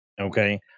Okay